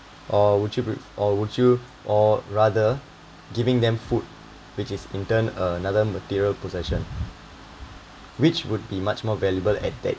or would you pre~ or would you or rather giving them food which is in turn uh another material possession which would be much more valuable at that